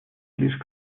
лишь